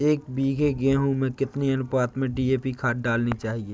एक बीघे गेहूँ में कितनी अनुपात में डी.ए.पी खाद डालनी चाहिए?